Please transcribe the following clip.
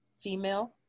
female